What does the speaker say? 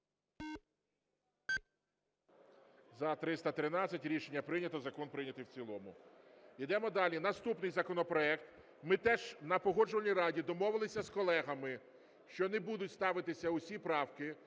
За-313 Рішення прийнято. Закон прийнятий в цілому. Йдемо далі. Наступний законопроект, ми теж на Погоджувальній раді домовилися з колегами, що не будуть ставитися усі правки.